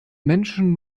menschen